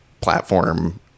platform